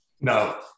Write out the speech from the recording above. No